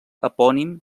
epònim